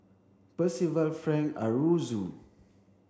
Percival Frank Aroozoo